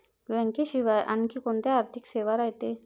बँकेशिवाय आनखी कोंत्या आर्थिक सेवा रायते?